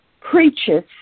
preaches